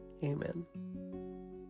Amen